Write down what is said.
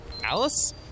Alice